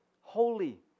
holy